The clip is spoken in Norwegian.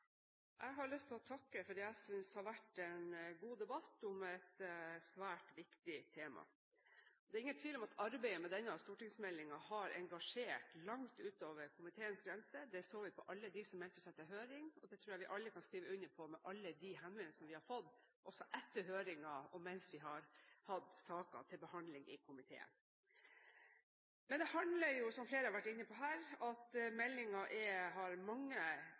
Jeg har lyst til å takke for det jeg synes har vært en god debatt om et svært viktig tema. Det er ingen tvil om at arbeidet med denne stortingsmeldingen har engasjert langt utover komiteens grenser, det så vi hos alle dem som meldte seg til høring. Jeg tror vi alle kan skrive under på det, med alle de henvendelsene vi har fått, etter høringen og mens vi hadde saken til behandling i komiteen. Som flere har vært inne på her, handler det om at meldingen har mange